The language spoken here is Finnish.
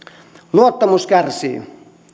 luottamus kärsii